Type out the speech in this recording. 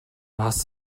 hast